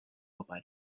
about